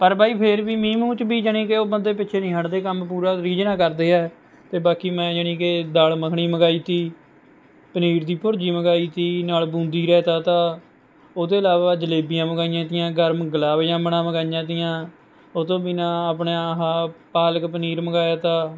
ਪਰ ਬਾਈ ਫਿਰ ਵੀ ਮੀਂਹ ਮੂਹ 'ਚ ਵੀ ਜਾਣੀ ਕਿ ਉਹ ਬੰਦੇ ਪਿੱਛੇ ਨਹੀਂ ਹੱਟਦੇ ਕੰਮ ਪੂਰਾ ਰੀਝ ਨਾਲ ਕਰਦੇ ਹੈ ਅਤੇ ਬਾਕੀ ਮੈਂ ਜਾਣੀ ਕਿ ਦਾਲ ਮੱਖਣੀ ਮੰਗਾਈ ਤੀ ਪਨੀਰ ਦੀ ਭੁਰਜੀ ਮੰਗਾਈ ਤੀ ਨਾਲ ਬੂੰਦੀ ਰਾਇਤਾ ਤਾ ਉਹ ਤੋਂ ਇਲਾਵਾ ਜਲੇਬੀਆਂ ਮੰਗਵਾਈਆਂ ਤੀਆਂ ਗਰਮ ਗੁਲਾਬ ਜਾਮਣਾਂ ਮੰਗਵਾਈਆਂ ਤੀਆਂ ਉਹ ਤੋਂ ਬਿਨਾਂ ਆਪਣਾ ਆਹ ਪਾਲਕ ਪਨੀਰ ਮੰਗਵਾਇਆ ਤਾ